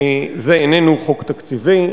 זה איננו חוק תקציבי.